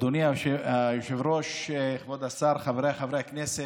אדוני היושב-ראש, כבוד השר, חבריי חברי הכנסת,